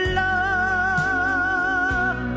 love